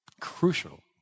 Crucial